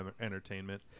entertainment